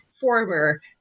former